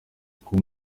two